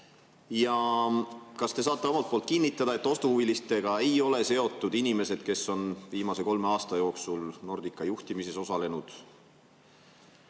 Kas te saate omalt poolt kinnitada, et ostuhuvilistega ei ole seotud inimesed, kes on viimase kolme aasta jooksul Nordica juhtimises osalenud?